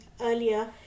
earlier